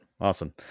awesome